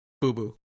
Boo-boo